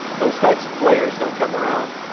those types of players donn't come around,